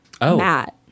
Matt